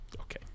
Okay